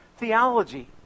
theology